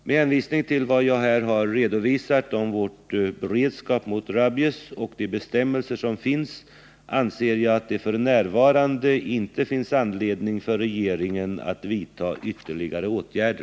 Med hänvisning till vad jag här har redovisat om vår beredskap mot rabies och de bestämmelser som finns anser jag att det f. n. inte finns anledning för regeringen att vidta ytterligare åtgärder.